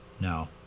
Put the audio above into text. No